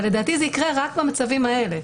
אבל לדעתי זה יקרה רק במצבים האלה.